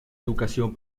educación